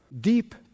deep